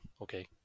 okay